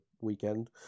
weekend